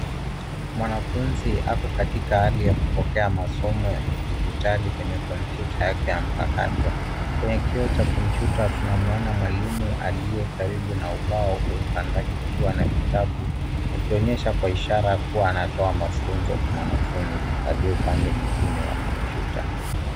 Mwanafunzi ako katika hali yakupokea masomo ya kidijitali kwenye kompyuta yake mpakato. Kwenye kioo cha kompyuta tunamuoana mwalimu alie karibu na ubao ukiwa na vitabu, akionyesha kwa ishara anatoa mafunzo kwa mwanafinzi alie upande mwingine mwa kompyuta.